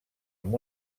amb